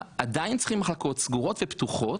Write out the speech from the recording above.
עדיין צריכים מחלקות סגורות ופתוחות,